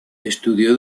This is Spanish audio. estudió